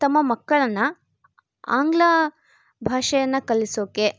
ತಮ್ಮ ಮಕ್ಕಳನ್ನು ಆಂಗ್ಲ ಭಾಷೆಯನ್ನು ಕಲಿಸೋಕ್ಕೆ